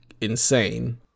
insane